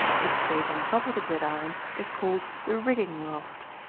the space on top of the gridiron is called the rigging loft.